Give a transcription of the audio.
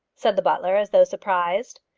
said the butler, as though surprised.